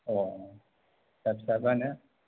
औ फिसा फिसा बा ना